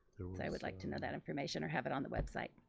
i would like to know that information or have it on the website.